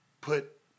put